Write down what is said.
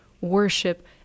worship